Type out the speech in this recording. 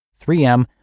3M